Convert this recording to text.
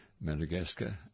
Madagascar